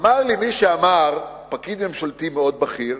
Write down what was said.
אמר לי מי שאמר, פקיד ממשלתי מאוד בכיר,